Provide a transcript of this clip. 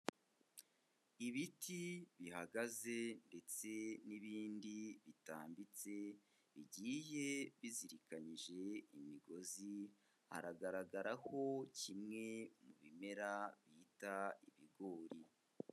Ibiti bihagaze ndetse n'ibindi bitambitse, bigiye bizirikanyije imigozi, haragaragaraho kimwe mu bimera bita ibigori.